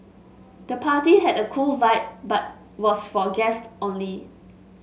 the party had a cool vibe but was for guests only